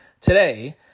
today